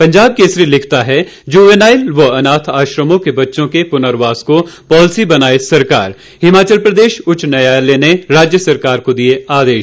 पंजाब केसरी लिखता है जुवेनाइल व अनाथ आश्रमों के बच्चों के पुनर्वास को पॉलिसी बनाए सरकार हिमाचल प्रदेश उच्च न्यायालय ने राज्य सरकार को दिए आदेश